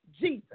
Jesus